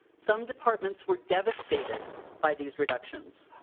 some departments were devastated by these reductions.